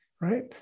right